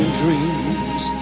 dreams